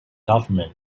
government